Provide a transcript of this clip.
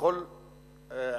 ובכל עת.